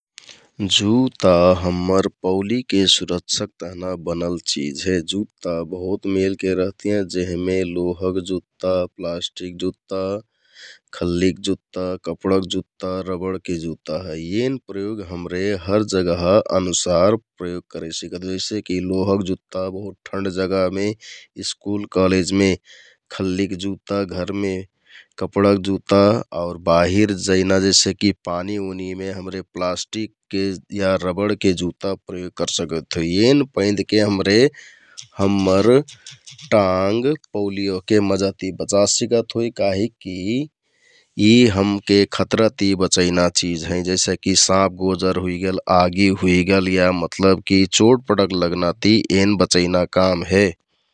जुता हम्मर पौलिके सुरक्षाक तहना बनल चिझ हे । जुता बहुत मेलके रहतियाँ जेहमे लोहाक जुत्ता, प्लाष्टिक जुत्ता, खल्लिक जुत्ता, कपडाक जुत्ता, रबडके जुत्ता है । एन प्रयोग हमरे हर जगह अनुसार प्रयोग करे सिकत होइ जइसेकि लोहाक जुत्ता बहुत ठन्ड जगहमे, स्कुल कलेजमे खल्लिक जुत्ता, घरमे कपडाक जुता आउर बाहिर जेना जैसेकि पानीउनिमे हमरे प्लास्िकके या रबडके जुत्ता प्रयोग करसकत होइ । एन पैंधके हमरे हम्मर टाँङ्ग, पौलि ओहके मजा ति बचा सिकत होइ । काहिकि यि हमके खतराति बचैना चिझ हैं जैसेकि साँप गोजर हुइगेल, आगि हुइगेल या मतलबकि चोटपटक लगना ति एन बचैना काम हे ।